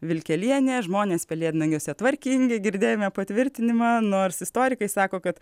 vilkelienė žmonės pelėdnagiuose tvarkingi girdėjome patvirtinimą nors istorikai sako kad